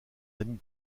amis